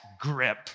grip